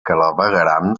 clavegueram